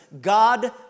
God